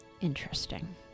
Interesting